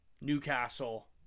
Newcastle